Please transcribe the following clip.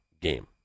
game